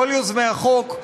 כל יוזמי החוק,